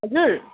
हजुर